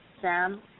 Sam